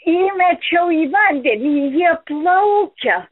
įmečiau į vandenį jie plaukia